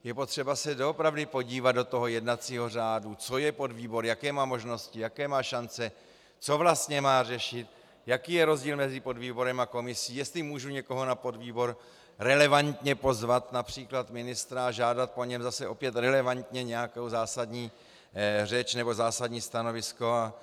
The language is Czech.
Je potřeba se doopravdy podívat do jednacího řádu, co je podvýbor, jaké má možnosti, jaké má šance, co vlastně má řešit, jaký je rozdíl mezi podvýborem a komisí, jestli můžu někoho na podvýbor relevantně pozvat, například ministra, a žádat po něm zase opět relevantně nějakou zásadní řeč nebo zásadní stanovisko.